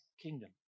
kingdom